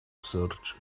search